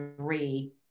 three